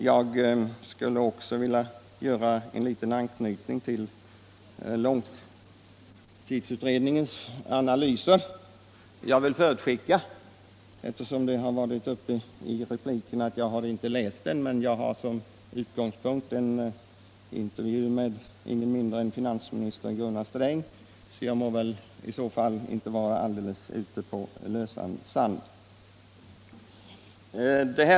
Jag skulle också vilja anknyta något till långtidsutredningens analyser, eftersom de har tagits upp i det nyss avslutade replikskiftet. Jag vill förutskicka att jag inte har läst denna utredning. Men jag har som utgångspunkt en intervju med ingen mindre än finansminister Gunnar Sträng, så jag är väl inte alldeles ute på lösan sand.